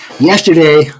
Yesterday